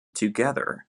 together